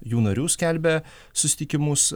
jų narių skelbia susitikimus